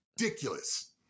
ridiculous